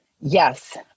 Yes